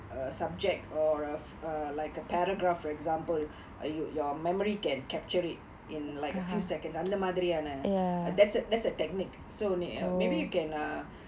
a subject or uh like a paragraph for example uh you your memory can capture it in like a few seconds அந்த மாதிரியான:antha maathiriyaana that's a that's a technique so nea~ or maybe you can